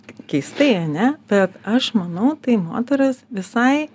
keistai ane bet aš manau tai moterys visai